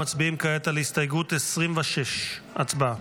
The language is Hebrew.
כעת נצביע על הסתייגות שמספרה 25. הצבעה.